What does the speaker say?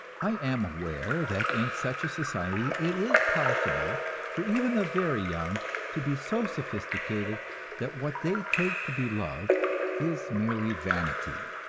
i am aware that in such a society it is possible for even the very young to be so sophisticated that what they take to be love is merely vanity,